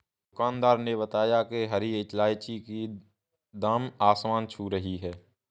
दुकानदार ने बताया कि हरी इलायची की दाम आसमान छू रही है